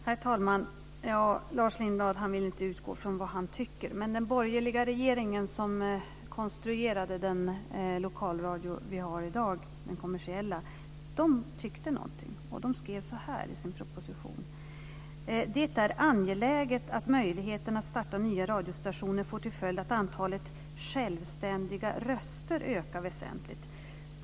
Herr talman! Lars Lindblad vill inte utgå från vad han tycker. Men den borgerliga regering som konstruerade den kommersiella lokalradio vi har i dag tyckte någonting. De skrev i sin proposition att det är angeläget att möjligheterna att starta nya radiostationer får till följd att antalet självständiga röster ökar väsentligt.